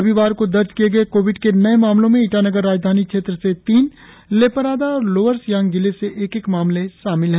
रविवार को दर्ज किए गए कोविड के नए मामलों में ईटानगर राजधानी क्षेत्र से तीन लेपारादा और लोअर सियांग़ जिले से एक एक मामले शामिल हैं